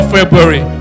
February